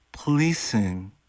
Policing